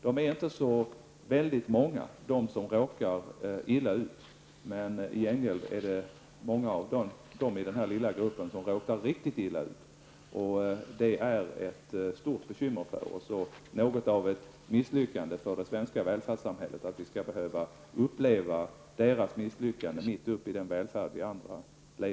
De barn som råkar illa ut är inte så många, men i gengäld är det många av dem i denna lilla grupp som råkar riktigt illa ut. Det är ett stort bekymmer för oss och något av ett misslyckande för det svenska välfärdssamhället att vi skall behöva uppleva dessa barns misslyckanden mitt uppe i den välfärd vi andra lever i.